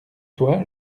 toi